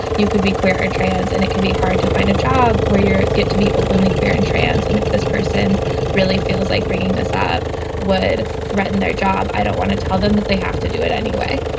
you could be queer or trans and it can be hard to find a job where you're get to be openly queer and trans. and if this person really feels like bringing this up would threaten their job. i don't want to tell them that they have to do it anyway.